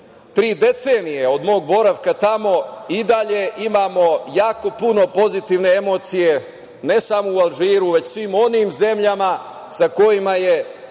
tri decenije od mog boravka tamo i dalje imamo jako puno pozitivne emocije, ne samo u Alžiru, već u svim onim zemljama sa kojima je